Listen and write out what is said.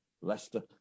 Leicester